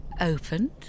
opened